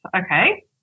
Okay